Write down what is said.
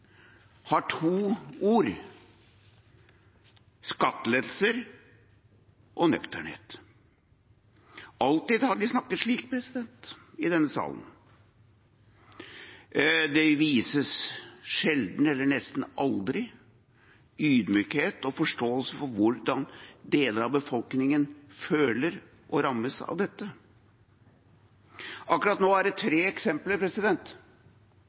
har to ord: «skattelettelser» og «nøkternhet». Alltid har de snakket slik i denne salen. Det vises sjelden eller nesten aldri ydmykhet og forståelse for hvordan deler av befolkningen føler og rammes av dette. Akkurat nå er det tre eksempler